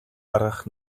гаргах